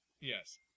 Yes